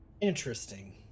Interesting